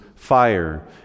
fire